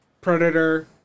Predator